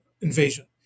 invasion